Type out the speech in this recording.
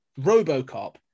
Robocop